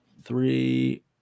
three